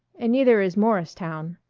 and neither is morristown,